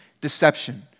deception